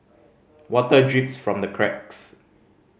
water drips from the cracks